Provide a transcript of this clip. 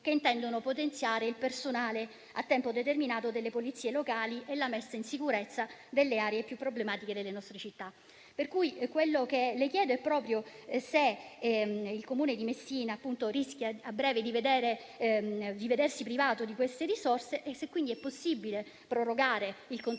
che intendono potenziare il personale a tempo determinato delle polizie locali e la messa in sicurezza delle aree più problematiche delle nostre città. Quello che le chiedo è proprio se il Comune di Messina rischia a breve di vedersi privato di queste risorse e se quindi è possibile prorogare il contratto